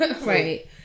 right